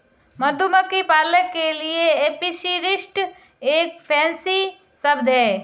मधुमक्खी पालक के लिए एपीरिस्ट एक फैंसी शब्द है